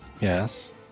Yes